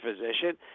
physician